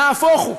נהפוך הוא.